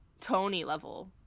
Tony-level